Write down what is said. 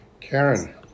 Karen